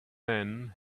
men